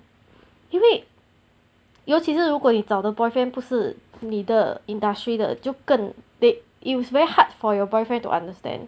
因为尤其是如果你找的 boyfriend 不是你的 industry 的就更 it it was very hard for your boyfriend to understand